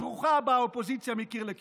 אז ברוכה הבאה, אופוזיציה מקיר לקיר.